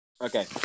Okay